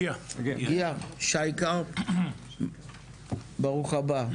שי קרפ מנהל מרחב דרום, ברוך הבא.